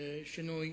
שינוי